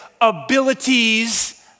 abilities